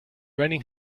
raining